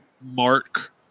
Mark